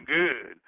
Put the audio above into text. good